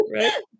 right